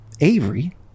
Avery